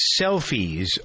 selfies